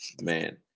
man